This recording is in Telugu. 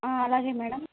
అలాగే మేడమ్